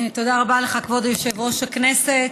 תודה רבה לך, כבוד יושב-ראש הכנסת.